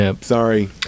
Sorry